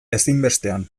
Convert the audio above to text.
ezinbestean